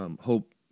hope